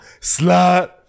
Slut